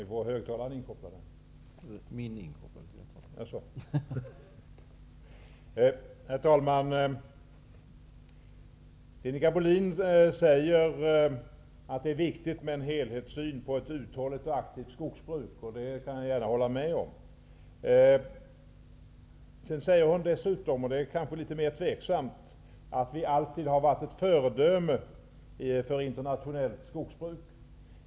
Herr talman! Sinikka Bohlin säger att det är viktigt med en helhetssyn på ett uthålligt och aktivt skogsbruk. Det kan jag gärna hålla med om. Hon säger dessutom, och det är kanske mera tveksamt, att vi alltid har varit ett föredöme för internationellt skogsbruk.